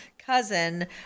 cousin